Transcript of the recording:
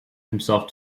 himself